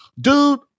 Dude